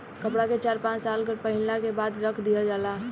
कपड़ा के चार पाँच साल पहिनला के बाद रख दिहल जाला